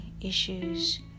issues